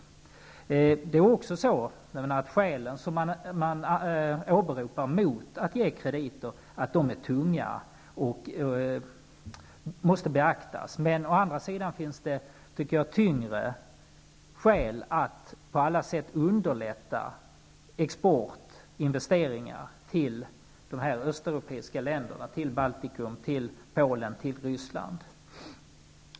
De skäl som åberopas är tunga och måste beaktas. Å andra sidan finns tyngre skäl att på alla sätt underlätta exportinvesteringar i dessa östeuropeiska länder, Baltikum, Polen och Ryssland.